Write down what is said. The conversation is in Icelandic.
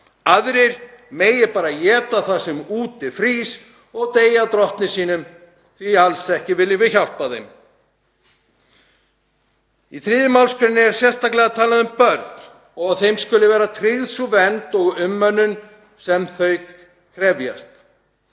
Aðrir mega bara éta það sem úti frýs og deyja drottni sínum því að alls ekki viljum við hjálpa þeim. Í 3. mgr. er sérstaklega talað um börn og að þeim skuli vera tryggð sú vernd og umönnun sem þau krefjast.